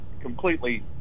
completely